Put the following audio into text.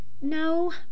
no